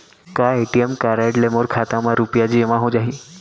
का ATM card ले मोर खाता म रुपिया जेमा हो जाही?